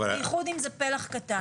בייחוד אם זה פלח קטן.